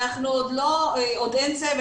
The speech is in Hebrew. עוד אין צוות.